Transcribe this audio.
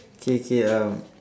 K K uh